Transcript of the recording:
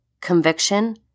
conviction